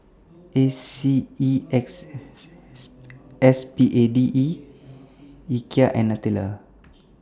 A C E X S P A D E Ikea and Nutella